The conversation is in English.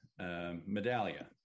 Medallia